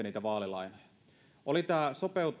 niitä vaalilainoja oli tämä